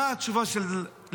מה הייתה התשובה של לינקולן?